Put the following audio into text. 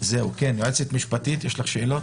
היועצת המשפטית, יש לך שאלות?